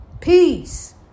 peace